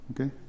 Okay